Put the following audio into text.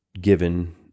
given